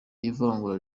ivangura